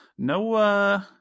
No